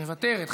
מוותרת,